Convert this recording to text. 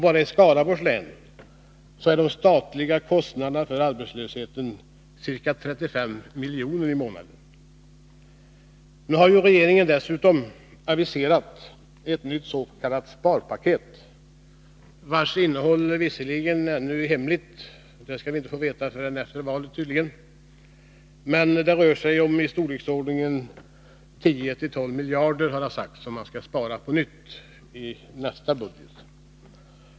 Bara i Skaraborgs län är de statliga kostnaderna för arbetslösheten ca 35 miljoner i månaden. Nu har ju regeringen dessutom aviserat ett nytt s.k. sparpaket. Dess innehåll är visserligen ännu hemligt — det skall vi tydligen inte få ta del av förrän efter valet — men det har sagts att det rör sig om en ytterligare besparing på i storleksordningen 10-12 miljarder i nästa budget.